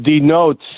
denotes